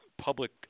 public